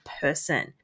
person